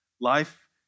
life